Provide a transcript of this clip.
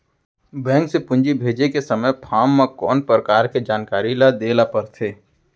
Bank से पूंजी भेजे के समय फॉर्म म कौन परकार के जानकारी ल दे ला पड़थे?